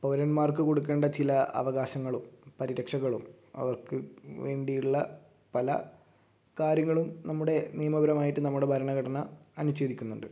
പൗരന്മാർക്ക് കൊടുക്കേണ്ട ചില അവകാശങ്ങളും പരിരക്ഷകളും അവർക്ക് വേണ്ടിയുള്ള പല കാര്യങ്ങളും നമ്മുടെ നിയമപരമായിട്ട് നമ്മുടെ ഭരണഘടന അനുഛേദിക്കുന്നുണ്ട്